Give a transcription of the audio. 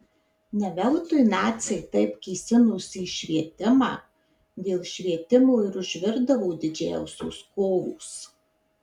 ne veltui naciai taip kėsinosi į švietimą dėl švietimo ir užvirdavo didžiausios kovos